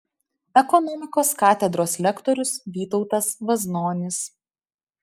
ekonomikos katedros lektorius vytautas vaznonis